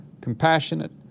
compassionate